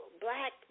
Black